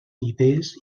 idees